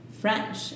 French